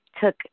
took